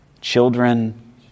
Children